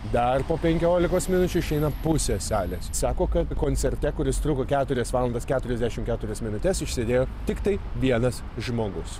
dar po penkiolikos minučių išeina pusė salės sako kad koncerte kuris truko keturias valandas keturiasdešimt keturias minutes išsėdėjo tiktai vienas žmogus